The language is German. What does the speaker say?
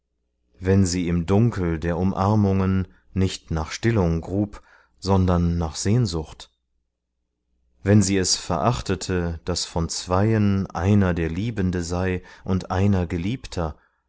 wenn sie im dunkel der umarmungen nicht nach stillung grub sondern nach sehnsucht wenn sie es verachtete daß von zweien einer der liebende sei und einer geliebter